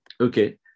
Okay